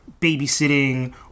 babysitting